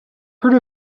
heard